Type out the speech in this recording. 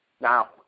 Now